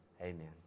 amen